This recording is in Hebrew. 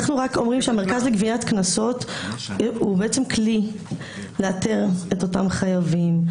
המרכז לגביית קנסות הוא כלי לאתר את אותם חייבים,